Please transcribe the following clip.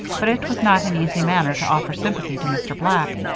but it was not an easy matter to offer sympathy to mr. black